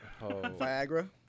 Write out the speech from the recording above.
Viagra